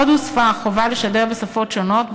עוד הוספה החובה לשדר בשפות שונות,